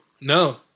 No